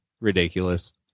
Ridiculous